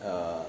err